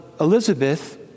Elizabeth